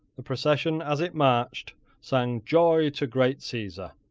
the procession, as it marched, sang joy to great caesar,